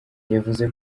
yavuze